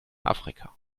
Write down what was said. afrika